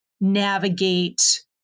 navigate